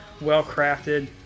well-crafted